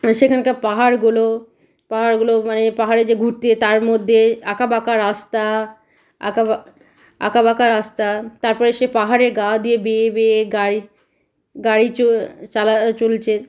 মানে সেখাকার পাহাড়গুলো পাহাড়গুলো মানে পাহাড়ে যে ঘুরতে তার মধ্যে আঁকা বাঁকা রাস্তা আঁকা বাঁকা আঁকা বাঁকা রাস্তা তারপরে সে পাহাড়ের গা দিয়ে বেয়ে বেয়ে গাড়ি গাড়ি চালা চলছে